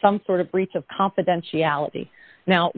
some sort of breach of confidentiality now